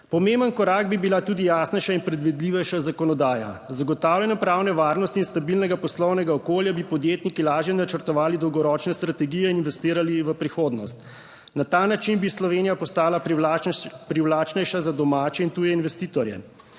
Pomemben korak bi bila tudi jasnejša in predvidljivejša zakonodaja. Z zagotavljanjem pravne varnosti in stabilnega poslovnega okolja. Bi podjetniki lažje načrtovali, dolgoročne strategije investirali v prihodnost. Na ta način bi Slovenija postala privlačnejša za domače in tuje investitorje.